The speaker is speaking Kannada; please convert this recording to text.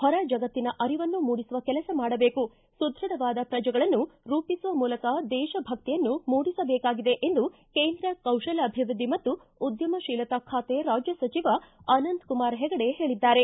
ಹೊರ ಜಗತ್ತಿನ ಅರಿವನ್ನು ಮೂಡಿಸುವ ಕೆಲಸ ಮಾಡಬೇಕು ಸುಧ್ಯಡವಾದ ಪ್ರಜೆಗಳನ್ನು ರೂಪಿಸುವ ಮೂಲಕ ದೇಶಭಕ್ತಿಯನ್ನು ಮೂಡಿಸಬೇಕಾಗಿದೆ ಎಂದು ಕೇಂದ್ರ ಕೌಶಲ್ಯಾಭಿವೃದ್ಧಿ ಮತ್ತು ಉದ್ಯಮಶೀಲತಾ ಖಾತೆ ರಾಜ್ಯ ಸಚಿವ ಅನಂತ್ಕುಮಾರ್ ಹೆಗಡೆ ಹೇಳಿದ್ದಾರೆ